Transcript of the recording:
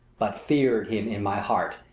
but feared him in my heart,